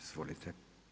Izvolite.